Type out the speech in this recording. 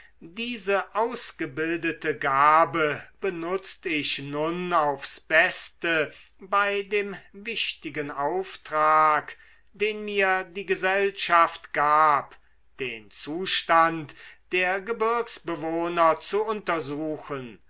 diese ausgebildete gabe benutzt ich nun aufs beste bei dem wichtigen auftrag den mir die gesellschaft gab den zustand der gebirgsbewohner zu untersuchen